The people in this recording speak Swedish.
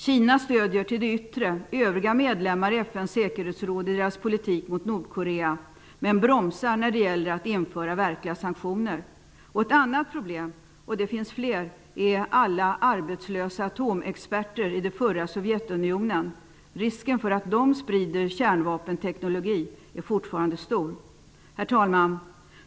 Kina stöder till det yttre övriga medlemmar i FN:s säkerhetsråd i deras politik mot Nordkorea men bromsar när det gäller att införa verkliga sanktioner. Ett annat problem, och det finns fler, är alla arbetslösa atomexperter i det förra Sovjetunionen. Risken för att de sprider kärnvapenteknologi är fortfarande stor. Herr talman!